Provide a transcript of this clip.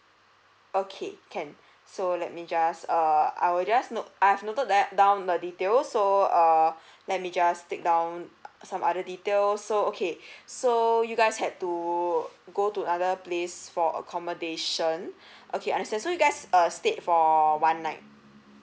okay can so let me just err I will just note I've noted that down the details so err let me just take down some other details so okay so you guys had to go to another place for accommodation okay understand so you guys err stayed for one night